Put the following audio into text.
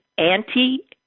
Anti